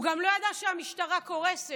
הוא גם לא ידע שהמשטרה קורסת,